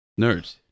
Nerd